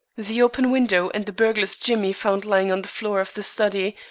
the open window and the burglar's jimmy found lying on the floor of the study,